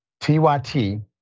TYT